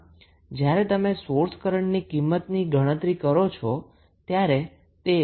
આમ જ્યારે તમે સોર્સ કરન્ટની કિંમતની કિંમત ની ગણતરી કરો છો ત્યારે તે 4